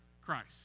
Christ